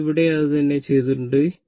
അതിനാൽ ഇവിടെയും അതുതന്നെ ചെയ്തിട്ടുണ്ട്